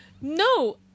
No